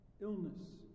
Illness